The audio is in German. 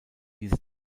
diese